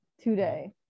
today